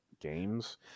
games